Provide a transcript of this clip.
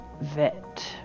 Vet